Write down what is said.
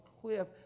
cliff